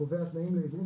הקובע תנאים ליבוא,